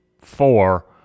four